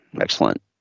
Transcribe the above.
excellent